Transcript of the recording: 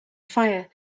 fire